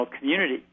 community